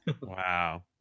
Wow